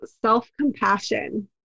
self-compassion